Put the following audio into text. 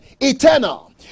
eternal